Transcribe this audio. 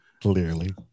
Clearly